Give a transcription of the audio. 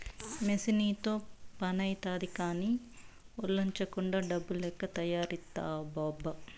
మెసీనుతో పనైతాది కానీ, ఒల్లోంచకుండా డమ్ము లెక్క తయారైతివబ్బా